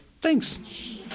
Thanks